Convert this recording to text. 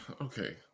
okay